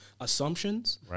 assumptions